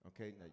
Okay